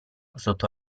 sotto